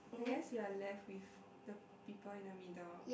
I guess we are left with the people in the middle